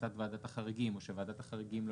המלצת ועדת החריגים או שוועדת החריגים לא